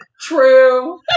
True